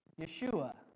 Yeshua